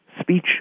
speech